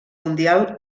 mundial